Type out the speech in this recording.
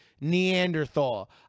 Neanderthal